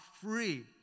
free